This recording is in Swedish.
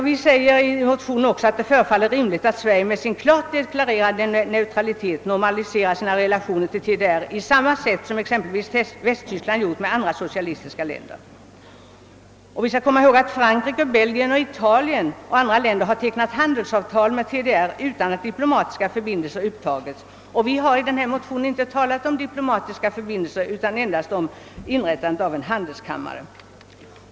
Vi säger också i motionen att »det förefaller rimligt att Sverige, med sin klart deklarerade neutralitet, normaliserar sina förbindelser till TDR på samma sätt som exempelvis Västtyskland gjort med andra socialistiska länder». Vi skall komma ihåg att Frankrike, Belgien, Italien och andra länder har undertecknat handelsavtal med TDR utan att diplomatiska förbindelser upptagits. Och vi har i vår motion inte talat om diplomatiska förbindelser utan endast om inrättande av en handelskammare.